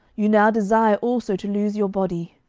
you now desire also to lose your body.